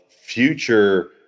future